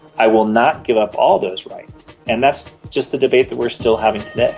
i will not give up all of those rights. and that's just the debate that we're still having today.